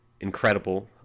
incredible